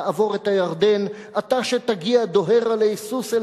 תעבור את הירדן./ אתה שתגיע דוהר עלי סוס אל